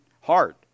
heart